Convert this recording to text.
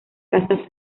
casa